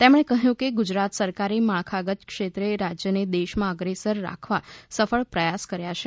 તેમણે કહ્યું કે ગુજરાત સરકારે માળખાગત ક્ષેત્રે રાજ્યને દેશમાં અગ્રેસર રાખવાના સફળ પ્રયાસ કર્યા છે